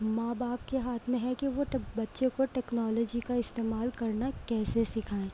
ماں باپ کے ہاتھ میں کہ وہ بچے کو ٹیکنالوجی کا استعمال کرنا کیسے سکھائیں